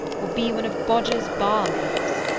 or be one of bodger's barmaids.